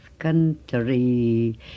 country